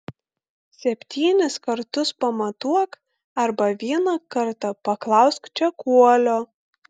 septynis kartus pamatuok arba vieną kartą paklausk čekuolio